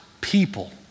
people